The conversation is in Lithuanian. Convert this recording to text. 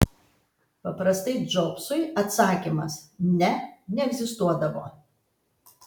paprastai džobsui atsakymas ne neegzistuodavo